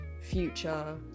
future